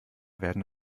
werden